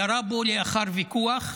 ירה בו לאחר ויכוח.